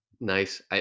Nice